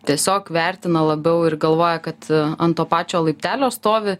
tiesiog vertina labiau ir galvoja kad ant to pačio laiptelio stovi